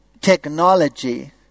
technology